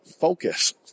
focus